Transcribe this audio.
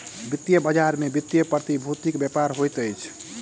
वित्तीय बजार में वित्तीय प्रतिभूतिक व्यापार होइत अछि